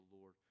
Lord